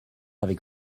avec